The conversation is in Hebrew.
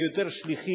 היו יותר שליחים,